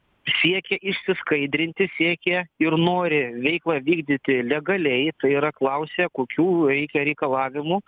siekia išsiskaidrinti siekia ir nori veiklą vykdyti legaliai tai yra klausia kokių reikia reikalavimų